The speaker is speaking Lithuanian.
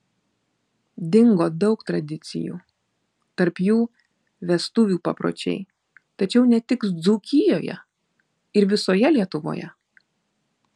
dingo daug tradicijų tarp jų vestuvių papročiai tačiau ne tik dzūkijoje ir visoje lietuvoje